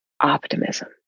optimism